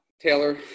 Taylor